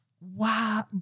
Wow